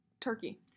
Turkey